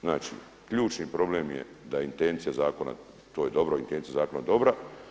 Znači, ključni problem da intencija zakona to je dobro, intencija zakona je dobra.